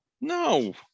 No